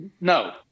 no